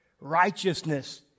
righteousness